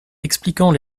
expliquant